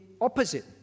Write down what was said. opposite